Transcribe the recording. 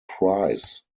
prize